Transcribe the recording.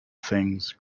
things